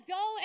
go